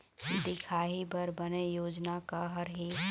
दिखाही बर बने योजना का हर हे?